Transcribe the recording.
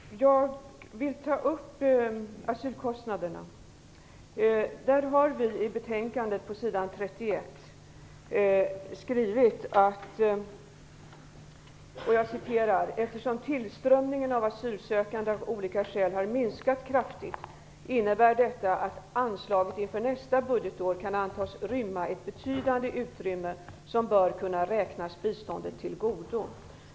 Fru talman! Jag vill ta upp asylkostnaderna. Vi har på sidan 31 i betänkandet skrivit: "Eftersom tillströmningen av asylsökande av olika skäl har minskat kraftigt innebär detta att anslaget inför nästa budgetår kan antas rymma ett betydande utrymme som bör kunna räknas biståndet till godo."